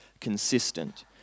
consistent